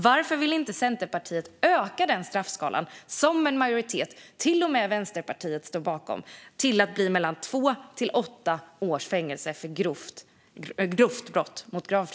Varför vill inte Centerpartiet öka straffskalan till mellan två och åtta års fängelse för grovt brott mot gravfriden? Detta är vad en majoritet, till och med Vänsterpartiet, står bakom.